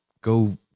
go